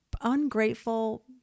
ungrateful